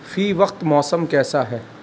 فی وقت موسم کیسا ہے